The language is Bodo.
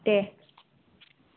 दे